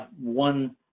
one